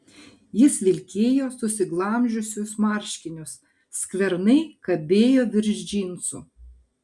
jis vilkėjo susiglamžiusius marškinius skvernai kabėjo virš džinsų